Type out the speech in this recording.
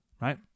right